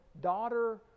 daughter